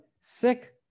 sick